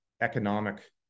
economic